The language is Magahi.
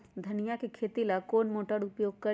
धनिया के खेती ला कौन मोटर उपयोग करी?